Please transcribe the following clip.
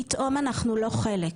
פתאום אנחנו לא חלק.